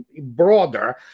broader